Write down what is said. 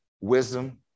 wisdom